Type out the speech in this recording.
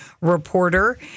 reporter